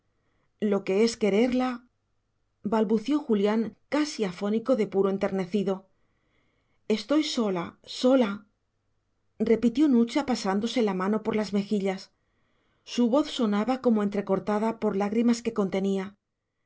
lo que es quererla balbució julián casi afónico de puro enternecido estoy sola sola repitió nucha pasándose la mano por las mejillas su voz sonaba como entrecortada por lágrimas que contenía